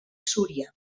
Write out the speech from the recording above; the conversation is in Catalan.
súria